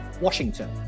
Washington